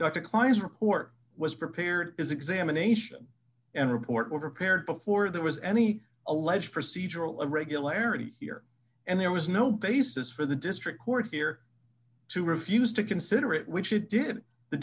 dr klein's report was prepared his examination and report were prepared before there was any alleged procedural irregularity here and there was no basis for the district court here to refuse to consider it which he did the